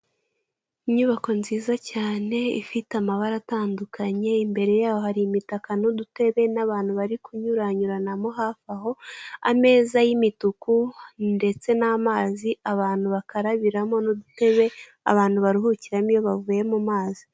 Inyubako nziza cyane ifite amabara atandukanye, imbere yaho hari imitaka n'udutebe, n'abantu bari kunyuranyuranamo hafi aho, ameza y'imituku, ndetse n'amazi abantu bakarabiramo n'udutebe abantu baruhukiramo iyo bavuye mu mazi.